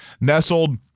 Nestled